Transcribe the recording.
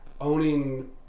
owning